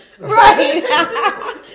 Right